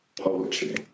Poetry